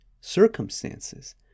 circumstances